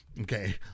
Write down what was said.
Okay